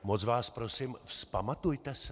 Moc vás prosím, vzpamatujte se.